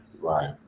Right